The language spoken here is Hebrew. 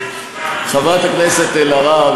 חברת הכנסת אלהרר,